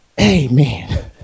Amen